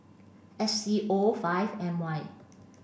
S C O five M Y